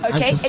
Okay